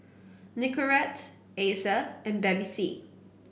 Nicorette Acer and Bevy C